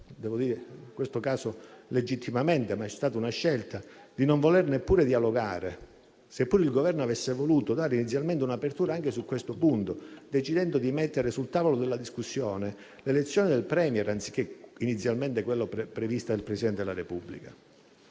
devo dire in questo caso legittimamente, ma è stata una scelta - di non voler neppure dialogare, seppure il Governo avesse voluto dare inizialmente un'apertura anche su questo punto, decidendo di mettere sul tavolo della discussione l'elezione del *Premier* anziché, come inizialmente previsto, quella del Presidente della Repubblica.